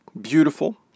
beautiful